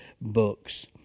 books